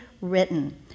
written